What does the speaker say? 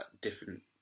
different